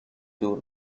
دور